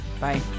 Bye